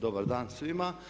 Dobar dan svima.